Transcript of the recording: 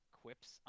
quips